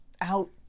out